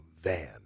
van